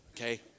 okay